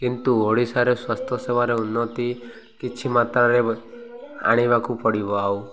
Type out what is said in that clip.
କିନ୍ତୁ ଓଡ଼ିଶାରେ ସ୍ୱାସ୍ଥ୍ୟ ସେବାରେ ଉନ୍ନତି କିଛି ମାତ୍ରାରେ ଆଣିବାକୁ ପଡ଼ିବ ଆଉ